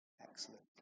Excellent